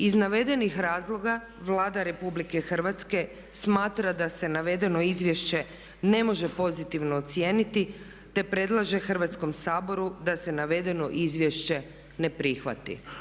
Iz navedenih razloga Vlada Republike Hrvatske smatra da se navedeno izvješće ne može pozitivno ocijeniti, te predlaže Hrvatskom saboru da se navedeno izvješće ne prihvati.